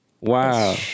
wow